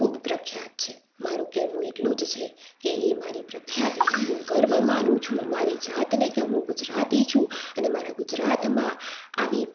ખૂબ પ્રખ્યાત છે મારું કહેવું એટલું જ છે એ મારી પ્રખ્યાત નું ગર્વ મનું છું મારી જાતને કે હું ગુજરાતી છું અને મારા ગુજરાતમાં આવી